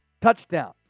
touchdown